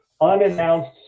unannounced